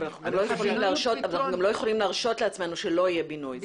אבל אנחנו גם לא יכולים להרשות לעצמנו שלא יהיה בינוי.